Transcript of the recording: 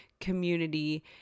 community